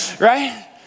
Right